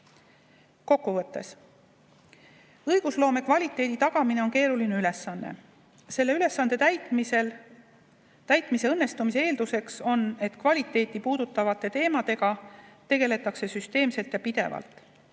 Kokkuvõtteks. Õigusloome kvaliteedi tagamine on keeruline ülesanne. Selle ülesande täitmise õnnestumise eeldus on, et kvaliteeti puudutavate teemadega tegeldakse süsteemselt ja pidevalt.